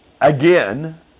Again